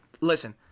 listen